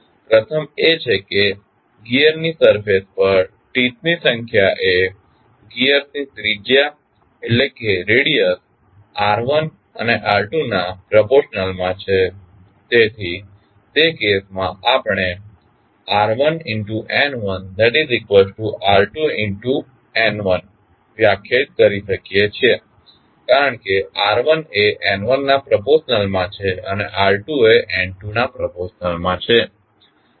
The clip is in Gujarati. પ્રથમ એ છે કે ગિઅરની સરફેસ પર ટીથની સંખ્યા એ ગિઅર્સની ત્રિજ્યા r1અને r2 ના પ્રપોર્સનલ માં છે તેથી તે કેસમાં આપણે r1N2r2N1વ્યાખ્યાયિત કરી શકીએ છીએ કારણ કે r1એ N1 ના પ્રપોર્સનલમાં છે અને r2એ N2 ના પ્રપોર્સનલમાં છે